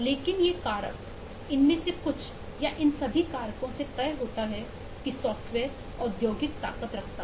लेकिन ये कारक इनमें से कुछ या इन सभी कारकों से तय होता है कि सॉफ्टवेयर औद्योगिक ताकत रखता है